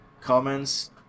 comments